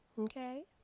Okay